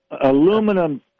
aluminum